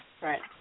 Right